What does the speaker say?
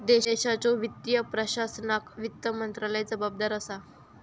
देशाच्यो वित्तीय प्रशासनाक वित्त मंत्रालय जबाबदार असा